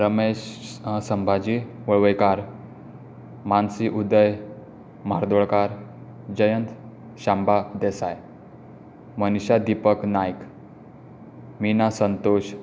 Ramesh Sambhaji Valvaikar Mansi Uday Mhardolkar Jayant Shamba Desai Manisha Deepak Naik Meena Santosh